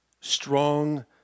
strong